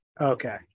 Okay